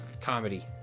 comedy